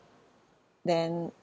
then